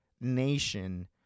nation